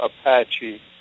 Apache